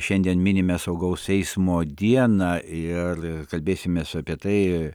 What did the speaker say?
šiandien minime saugaus eismo dieną ir kalbėsimės apie tai